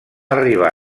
arribar